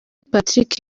patrick